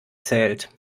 zählt